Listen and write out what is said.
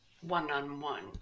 one-on-one